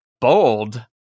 Bold